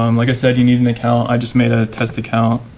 um like i said you need an account, i just made a test account